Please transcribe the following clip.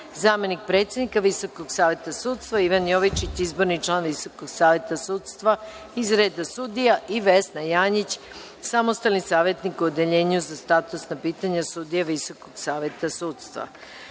zamenik predsednika Visokog saveta sudstva, Ivan Jovičić, izborni član Visokog saveta sudstva iz reda sudija, i Vesna Janjić, samostalni savetnik u Odeljenju za statusna pitanja sudija Visokog saveta sudstva. Molim